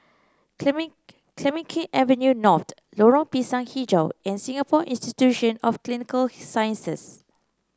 Clemenceau Avenue North Lorong Pisang hijau and Singapore Institution of Clinical Sciences